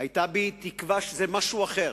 היתה בי תקווה שזה משהו אחר.